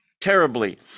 terribly